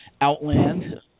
Outland